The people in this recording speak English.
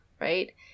right